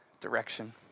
direction